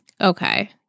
Okay